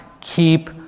Keep